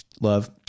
love